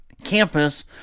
campus